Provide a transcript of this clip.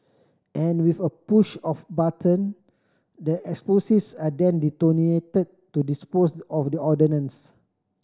and with a push of button the explosives are then detonated to dispose of the ordnance